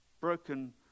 Broken